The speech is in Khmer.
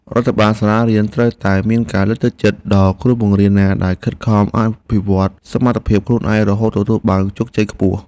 រដ្ឋបាលសាលារៀនត្រូវតែមានការលើកទឹកចិត្តដល់គ្រូបង្រៀនណាដែលខិតខំអភិវឌ្ឍសមត្ថភាពខ្លួនឯងរហូតទទួលបានជោគជ័យខ្ពស់។